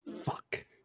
Fuck